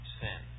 sin